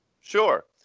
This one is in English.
Sure